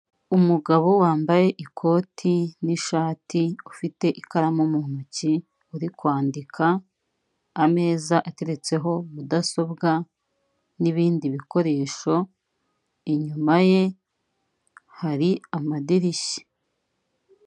Umugabo wambaye ikoti n'ishati ufite ikaramu mu ntoki, uri kwandika, ameza ateretseho mudasobwa n'ibindi bikoresho, inyuma ye hari amadirishya.